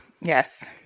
Yes